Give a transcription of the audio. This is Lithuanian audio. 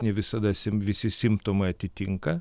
ne visada sim visi simptomai atitinka